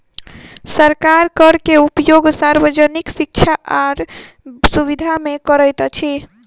सरकार कर के उपयोग सार्वजनिक शिक्षा आर सुविधा में करैत अछि